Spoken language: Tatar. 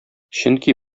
чөнки